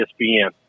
ESPN